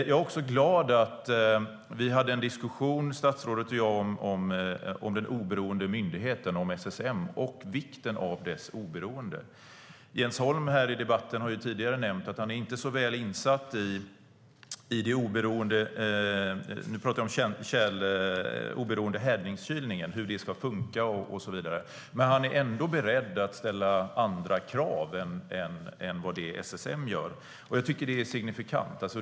Jag är också glad att statsrådet och jag hade en diskussion om den oberoende myndigheten SSM och vikten av dess oberoende. Jens Holm har tidigare i debatten nämnt att han inte är så väl insatt i hur den oberoende härdningskylningen ska funka. Men han är ändå beredd att ställa andra krav än vad SSM gör. Jag tycker att detta är signifikant.